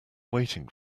waiting